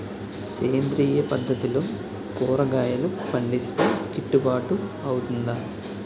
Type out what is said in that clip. సేంద్రీయ పద్దతిలో కూరగాయలు పండిస్తే కిట్టుబాటు అవుతుందా?